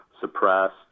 suppressed